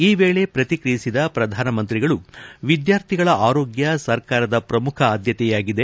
ಈ ವೇಳೆ ಪ್ರತಿಕ್ರಿಯಿಸಿದ ಪ್ರಧಾನಮಂತ್ರಿಗಳು ವಿದ್ಯಾರ್ಥಿಗಳ ಆರೋಗ್ಯ ಸರ್ಕಾರದ ಪ್ರಮುಖ ಆದ್ದತೆಯಾಗಿದೆ